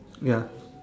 ya